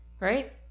Right